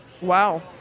Wow